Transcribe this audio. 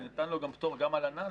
אז ניתן לו גם פטור גם על הענן,